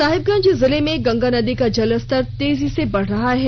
साहिबगंज जिले में गंगा नदी का जलस्तर तेजी से बढ़ रहा है